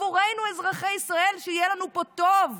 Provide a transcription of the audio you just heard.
עבורנו אזרחי ישראל, שיהיה לנו פה טוב.